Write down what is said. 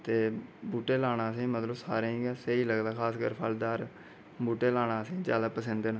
ते बूह्टे लाना असेंगी मतलव सारें गी गै स्हेई लगदा खासकर फलदार बूह्टे लाना असेंगी ज्यादा पसंद न